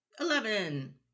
Eleven